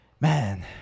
man